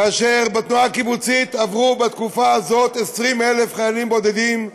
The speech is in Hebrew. ובתנועה הקיבוצית עברו בתקופה הזאת 20,000 חיילים בודדים: